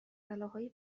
بلاهای